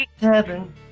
Heaven